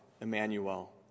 Emmanuel